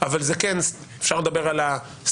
אבל זה כן אפשר לדבר על הסטטיסטיות,